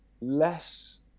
less